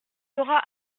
aura